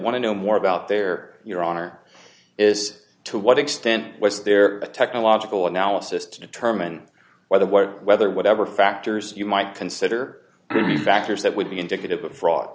want to know more about their your honor is to what extent is there a technological analysis to determine whether what whether whatever factors you might consider factors that would be indicative of a fraud